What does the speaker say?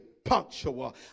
Punctual